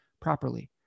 properly